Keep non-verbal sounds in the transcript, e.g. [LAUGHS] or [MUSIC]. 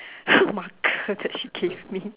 [LAUGHS] marker that she gave me